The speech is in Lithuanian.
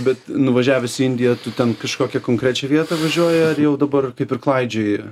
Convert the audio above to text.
bet nuvažiavęs į indiją tu ten kažkokią konkrečią vietą važiuoji ar jau dabar taip ir klaidžioji